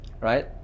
right